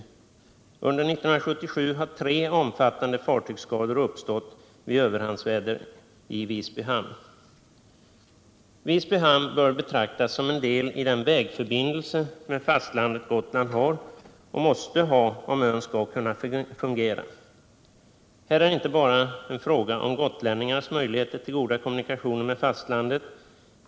Under 1977 har tre omfattande fartygsskador uppstått vid överhandsväder i Visby hamn. Visby hamn bör betraktas som en del i den ”vägförbindelse” med fastlandet som Gotland har och måste ha om ön skall kunna fungera. Här är det inte bara en fråga om gotlänningarnas möjigheter till goda kommunikationer med fastlandet.